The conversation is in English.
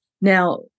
Now